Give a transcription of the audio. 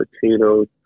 potatoes